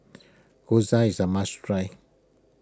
Gyoza is a must try